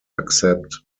accept